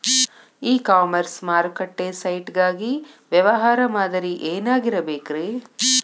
E commerce ಮಾರುಕಟ್ಟೆ site ಗಾಗಿ ವ್ಯವಹಾರ ಮಾದರಿ ಏನಾಗಿರಬೇಕ್ರಿ?